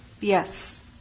Yes